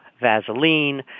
Vaseline